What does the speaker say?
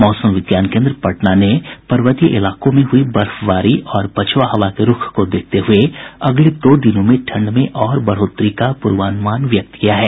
मौसम विज्ञान केन्द्र पटना ने पर्वतीय इलाकों में हुई बर्फबारी और पछुआ हवा के रूख को देखते हुए अगले दो दिनों में ठंड में और बढ़ोतरी का पूर्वानुमान व्यक्त किया है